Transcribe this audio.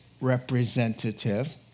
representative